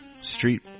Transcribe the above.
Street